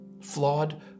Flawed